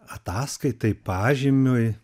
ataskaitai pažymiui